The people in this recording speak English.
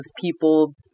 people